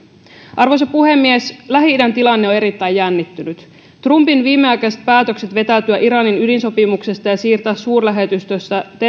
arvoisa puhemies lähi idän tilanne on erittäin jännittynyt trumpin viimeaikaiset päätökset vetäytyä iranin ydinsopimuksesta ja siirtää suurlähetystö